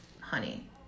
honey